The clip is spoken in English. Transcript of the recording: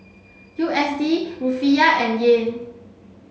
U S D Rufiyaa and Yen